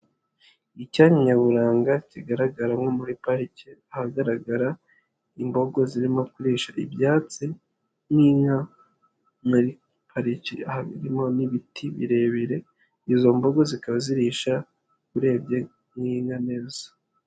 Icyanya nyaburanga kigaragara nko muri parike, ahagaragara imbogo zirimo kurisha ibyatsi nk'inka, harimo n'ibiti birebire, izo mbogo zikaba zirisha urebye nk'inka neza.